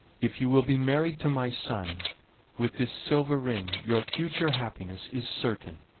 if you will be married to my son with this silver ring your future happiness is certain.